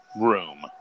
room